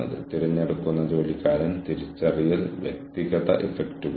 ഉദാഹരണത്തിന് മികച്ച രീതികൾ പങ്കിടൽ